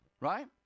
Right